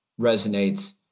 resonates